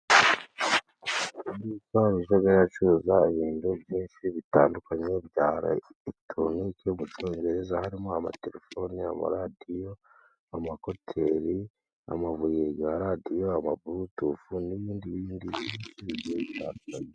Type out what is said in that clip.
Aho bacururiza ibintu byinshi bitandukanye bya eregitoroniki mu cyongereza harimo: amatelefoni n'amaradiyo, amakuteri, amabuye ya radiyo, amaburutufu n'ibindi n'ibindi bigiye butandukanye.